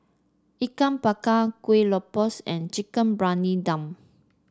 Ikan Bakar Kueh Lopes and Chicken Briyani Dum